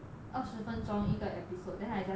二十分钟一个 episode then I just like